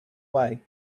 way